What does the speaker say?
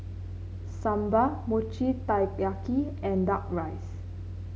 sambal Mochi Taiyaki and duck rice